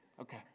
okay